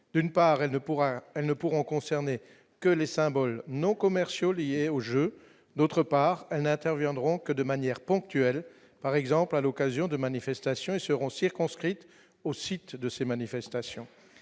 ne pourra, elles ne pourront concerner que les symboles non commerciaux liés aux jeu d'autre part, elles n'interviendront que de manière ponctuelle, par exemple, à l'occasion de manifestations et seront circonscrite au site de ces manifestations